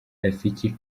rafiki